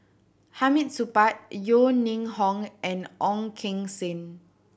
Hamid Supaat Yeo Ning Hong and Ong Keng Sen